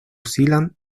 zealand